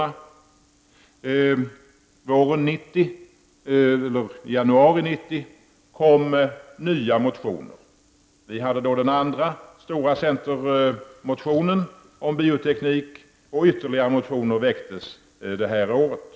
I januari 1990 väcktes nya motioner, bl.a. den andra stora centermotionen om bioteknik, och fler motioner har väckts senare under året.